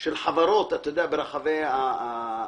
של חברות ברחבי הארץ,